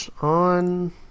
On